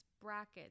brackets